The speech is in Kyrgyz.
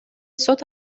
сот